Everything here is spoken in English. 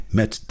met